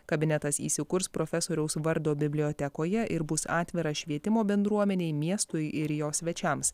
kabinetas įsikurs profesoriaus vardo bibliotekoje ir bus atvira švietimo bendruomenei miestui ir jo svečiams